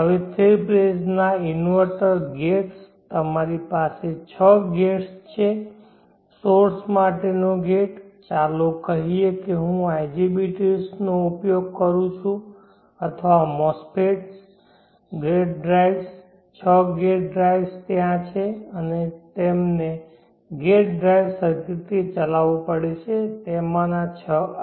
હવે three phase ના inverter gates તમારી પાસે છ ગેટ્સ છે સોર્સ માટેનો ગેટ ચાલો કહીએ કે હું IGBTs નો ઉપયોગ કરું છું અથવા મોસ્ફેટ્સ ગેટ ડ્રાઇવ્સ છ ગેટ ડ્રાઇવ્સ ત્યાં છે અને તેમને ગેટ ડ્રાઇવ સર્કિટથી ચલાવવું પડે છે તેમાંના છ આ